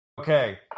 Okay